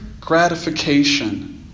gratification